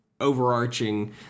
overarching